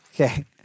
Okay